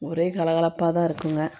ஒரே கலகலப்பாகதான் இருக்குங்க